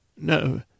No